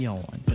on